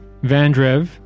Vandrev